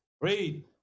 Read